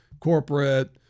corporate